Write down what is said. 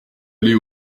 aller